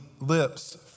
lips